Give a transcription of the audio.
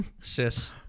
Sis